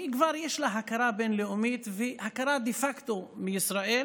שכבר יש לה הכרה בין-לאומית והכרה דה פקטו מישראל,